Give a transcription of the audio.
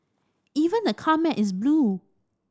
even the car mat is blue